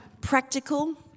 practical